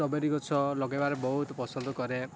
strawberry ଗଛ ଲଗାଇବାରେ ବହୁତ ପସନ୍ଦ କରେ